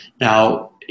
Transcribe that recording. Now